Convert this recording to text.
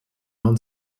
non